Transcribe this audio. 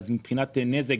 אז מבחינת נזק,